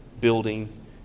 building